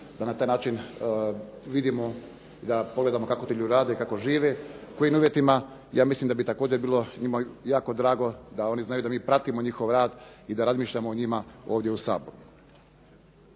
da na taj način vidimo, da pogledamo kako ti ljudi rade, kako žive, u kojim uvjetima. Ja mislim da bi također bilo njima jako drago da oni znaju da mi pratimo njihov rad i da razmišljamo o njima ovdje u Saboru.